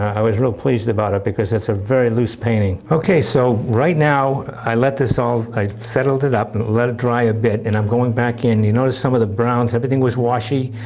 i was real pleases about it because it's a very loose painting. okay, so right now i let this all i settled it up and let dry a bit, and i'm going back in. you notice some of the browns everything was washy,